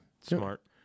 Smart